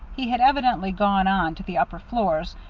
he had evidently gone on to the upper floors,